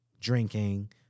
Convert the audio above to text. drinking